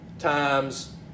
Times